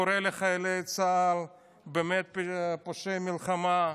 קורא לחיילי צה"ל פושעי מלחמה.